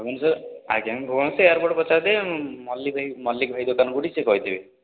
ଦେଖନ୍ତୁ ଆଜ୍ଞା ଭୁବେନେଶ୍ୱର ଏୟାରପୋର୍ଟ ପଚାରିଦେବେ ମଲ୍ଲି ଭାଇ ମଲ୍ଲିକ୍ ଭାଇ ଦୋକାନ କେଉଁଠି ସେ କହିଦେବେ